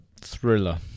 thriller